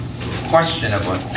questionable